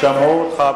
שמעו אותך,